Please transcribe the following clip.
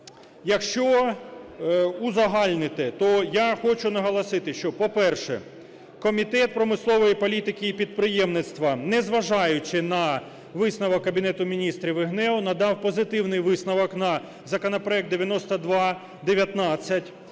Якщо узагальнити, то я хочу наголосити, що, по-перше, Комітет промислової політики і підприємництва, не зважаючи на висновок Кабінету Міністрів і ГНЕУ, надав позитивний висновок на законопроект 9219.